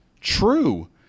true